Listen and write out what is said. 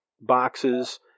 boxes